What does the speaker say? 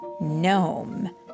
Gnome